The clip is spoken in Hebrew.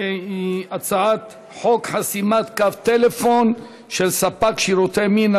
היא הצעת חוק חסימת קו טלפון של ספק שירותי מין,